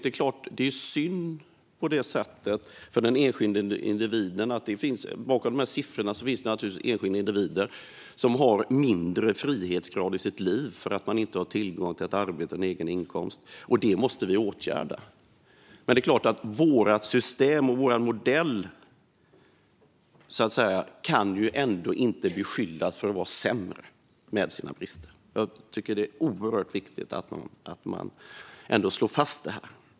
Det är klart att det är synd om den enskilde individen, för bakom siffrorna finns individer som har lägre frihetsgrad i sitt liv därför att de inte har tillgång till ett arbete och en egen inkomst. Detta måste vi åtgärda, men vårt system och vår modell med dess brister kan inte beskyllas för att vara sämre. Detta är oerhört viktigt att slå fast.